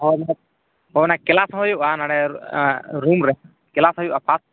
ᱦᱳᱭ ᱦᱳᱭ ᱚᱱᱟ ᱠᱮᱹᱞᱟᱥ ᱦᱚᱸ ᱦᱩᱭᱩᱜᱼᱟ ᱱᱚᱰᱮ ᱨᱩᱢ ᱨᱮ ᱠᱮᱹᱞᱟᱥ ᱦᱩᱭᱩᱜᱼᱟ